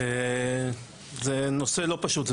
זה נושא לא פשוט.